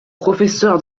professeur